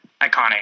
iconic